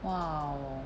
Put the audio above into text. !wow!